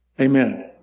Amen